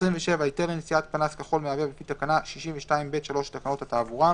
(27)היתר לנשיאת פנס כחול מהבהב לפי תקנה 62(ב)(3) לתקנות התעבורה,